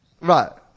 Right